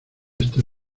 está